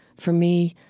for me,